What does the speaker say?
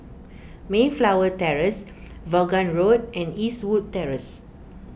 Mayflower Terrace Vaughan Road and Eastwood Terrace